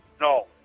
No